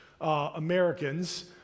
Americans